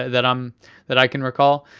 that um that i can recall.